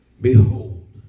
Behold